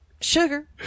Sugar